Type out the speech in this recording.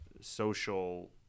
social